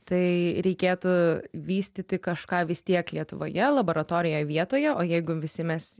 tai reikėtų vystyti kažką vis tiek lietuvoje laboratorijoje vietoje o jeigu visi mes